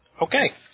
Okay